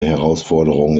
herausforderung